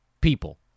people